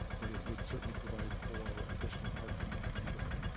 but it would certainly provide for additional parking in that neighborhood.